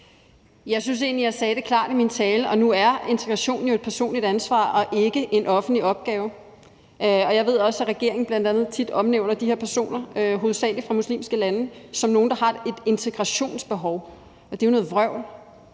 Jeg synes egentlig, jeg sagde det klart i min tale, og nu er integration jo et personligt ansvar og ikke en offentlig opgave. Jeg ved, at regeringen bl.a. tit omtaler de her personer, hovedsagelig fra muslimske lande, som nogle, der har et integrationsbehov. Det er jo noget vrøvl.